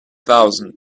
thousand